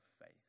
faith